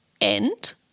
end